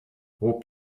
hob